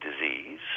disease